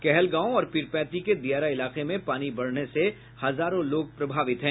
कहलगांव और पीरपैती के दियारा इलाके में पानी बढ़ने से हजार लोग प्रभावित हैं